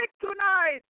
tonight